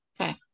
Okay